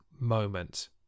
moment